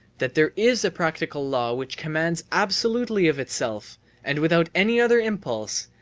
that there is a practical law which commands absolutely of itself and without any other impulse,